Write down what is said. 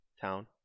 town